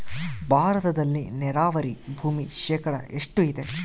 ಭಾರತದಲ್ಲಿ ನೇರಾವರಿ ಭೂಮಿ ಶೇಕಡ ಎಷ್ಟು ಇದೆ?